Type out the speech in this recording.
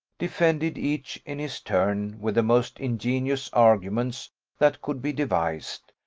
defended each in its turn with the most ingenious arguments that could be devised,